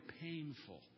painful